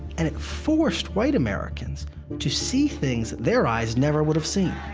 and it forced white americans to see things that their eyes never would have seen.